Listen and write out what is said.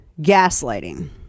gaslighting